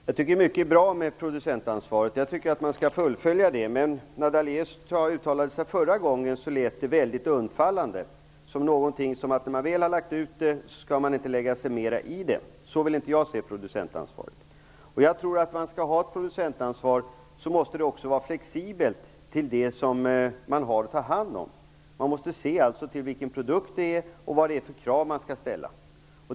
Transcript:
Herr talman! Jag tycker att det är mycket bra med producentansvaret, och jag tycker att man skall fullfölja det. Men när Lennart Daléus uttalade sig förut lät det väldigt undfallande, ungefär som att när man väl har lagt ut ansvaret skall man inte lägga sig mera i det. Så vill inte jag se producentansvaret. Jag tror att om vi skall ha ett producentansvar måste det ansvaret också vara flexibelt i förhållande till det som man har att ta hand om. Man måste alltså se vilken produkt det är och vad det är för krav som skall ställas.